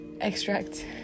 extract